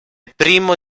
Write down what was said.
primo